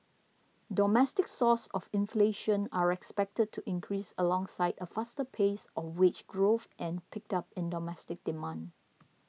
domestic sources of inflation are expected to increase alongside a faster pace of wage growth and picked up in domestic demand